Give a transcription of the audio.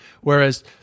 Whereas